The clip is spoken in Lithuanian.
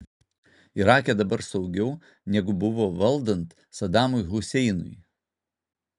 irake dabar saugiau negu buvo valdant sadamui huseinui